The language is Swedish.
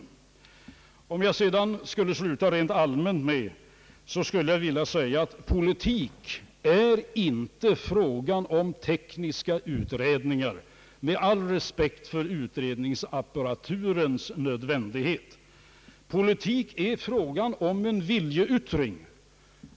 Med all respekt för utredningsapparaturens nödvändighet vill jag framhålla, att politik inte är en fråga om tekniska utredningar. Politik är en fråga om en viljeyttring.